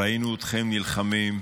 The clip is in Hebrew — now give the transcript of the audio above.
ראינו אתכם נלחמים,